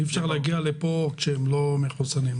אי אפשר להגיע לכאן כשהם לא מחוסנים.